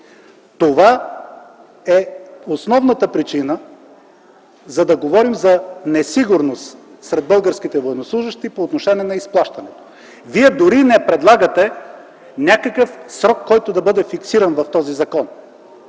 Това е основната причина, за да говорим за несигурност сред българските военнослужещи по отношение на изплащането. Вие дори не предлагате някакъв срок, който да бъде фиксиран в този закон,